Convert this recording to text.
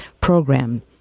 program